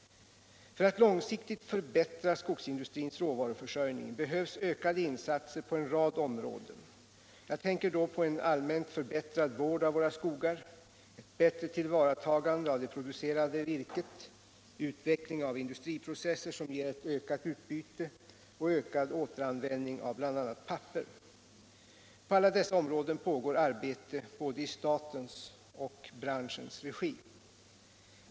För att långsiktigt förbättra skogsindustrins råvaruförsörjning behövs ökade insatser på en rad områden. Jag tänker då på en allmänt förbättrad vård av våra skogar, ett bättre tillvaratagande av det producerade virket, utveckling av industriprocesser som ger ett ökat utbyte och ökad återanvändning av bl.a. papper. På alla dessa områden pågår arbete i både statens och branschens regi.